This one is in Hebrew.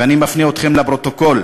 ואני מפנה אתכם לפרוטוקול: